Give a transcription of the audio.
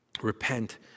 Repent